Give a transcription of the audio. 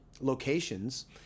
locations